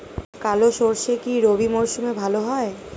কালো সরষে কি রবি মরশুমে ভালো হয়?